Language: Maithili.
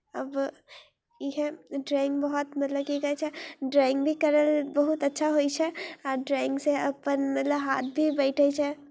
आब इएह ड्रॉइंग बहुत मतलब की कहै छै ड्रॉइंग भी कयल बहुत अच्छा होइ छै आ ड्रॉइंगसँ अपन मतलब हाथ भी बैठै छै